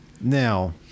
Now